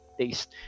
taste